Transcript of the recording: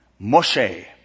Moshe